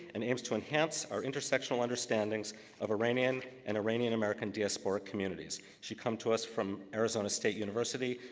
and aims to enhance our inter-sexual understandings of iranian and iranian-american diasporic communities. she come to us from arizona state university.